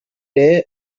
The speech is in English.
day